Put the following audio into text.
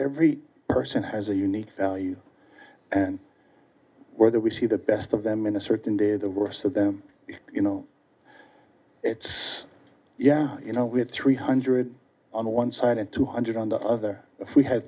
every person has a unique value and whether we see the best of them in a certain day or the worst of them you know it's yeah you know we have three hundred on one side and two hundred on the other we ha